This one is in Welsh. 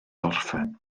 orffen